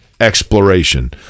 exploration